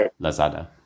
Lazada